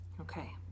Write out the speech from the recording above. Okay